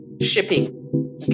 shipping